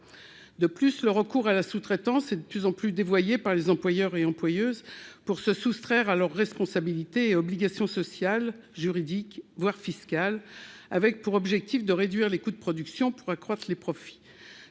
En outre, le recours à la sous-traitance est de plus en plus souvent dévoyé par les employeurs et employeuses pour se soustraire à leurs responsabilités et obligations sociales, juridiques, voire fiscales, avec pour objectif de réduire les coûts de production pour accroître les profits.